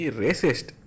racist